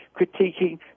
critiquing